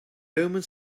omens